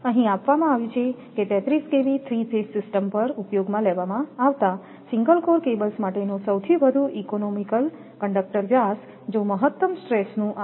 અહીં આપવામાં આવ્યું છે કે 33 kV 3 ફેઝ સિસ્ટમ પર ઉપયોગમાં લેવામાં આવતા સિંગલ કોર કેબલ્સ માટેનો સૌથી વધુ ઈકોનોમિકલ કંડકટર વ્યાસ જો મહત્તમ સ્ટ્રેસ નું r